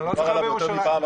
דובר עליו יותר מפעם אחת.